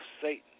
Satan